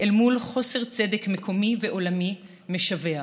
אל מול חוסר צדק מקומי ועולמי משווע.